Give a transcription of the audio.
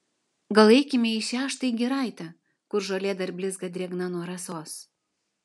gal eikime į šią štai giraitę kur žolė dar blizga drėgna nuo rasos